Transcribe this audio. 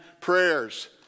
prayers